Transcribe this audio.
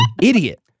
Idiot